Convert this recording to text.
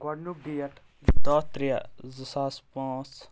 گۄڈنیُک ڈیٹ داہ ترےٚ زٕ ساس پانٛژھ